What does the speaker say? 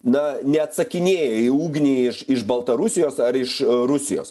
na neatsakinėja į ugnį iš baltarusijos ar iš rusijos